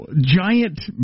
giant